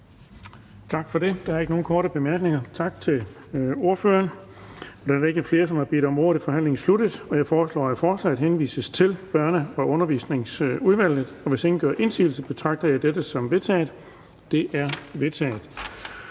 Tak for det. Der er ikke nogen korte bemærkninger. Tak til ordføreren. Da der ikke er flere, som har bedt om ordet, er forhandlingen sluttet. Jeg foreslår, at forslaget til folketingsbeslutning henvises til Børne- og Undervisningsudvalget. Hvis ingen gør indsigelse, betragter jeg dette som vedtaget. Det er vedtaget.